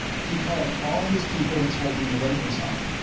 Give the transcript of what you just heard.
he called all his people and told them the wedding was off.